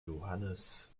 johannes